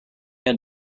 had